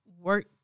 work